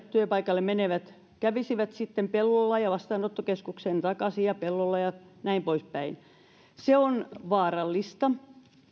työpaikalle menevät kävisivät sitten pellolla ja sitten takaisin vastaanottokeskukseen ja pellolle ja näin poispäin se on vaarallista